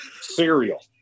cereal